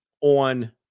on